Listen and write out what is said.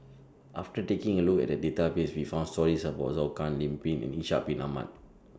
after taking A Look At The Database We found stories about Zhou Can Lim Pin and Ishak Bin Ahmad